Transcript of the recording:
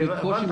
בקושי מפעיל.